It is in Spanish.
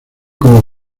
como